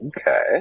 Okay